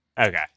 Okay